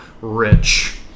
rich